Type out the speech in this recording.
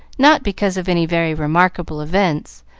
not because of any very remarkable events,